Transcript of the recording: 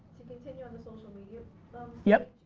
continue on the social media yeah